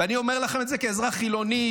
ואני אומר לכם את זה כאזרח חילוני,